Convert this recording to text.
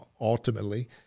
ultimately